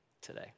today